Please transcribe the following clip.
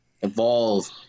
Evolve